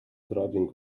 grabbing